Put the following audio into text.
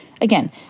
again